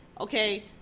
okay